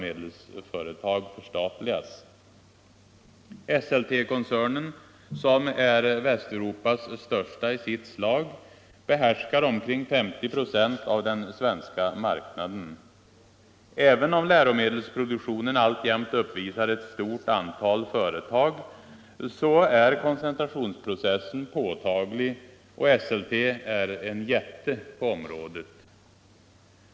Esseltekoncernen, som är Västeuropas största i sitt slag, behärskar omkring 50 46 av den svenska marknaden. Även om läromedelsproduktionen alltjämt uppvisar ett stort antal företag, så är koncentrationsprocessen påtaglig och Esselte är en jätte på området.